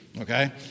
Okay